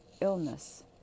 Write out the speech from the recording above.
illness